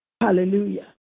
Hallelujah